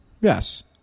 Yes